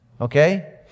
Okay